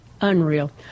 Unreal